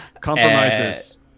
compromises